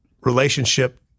relationship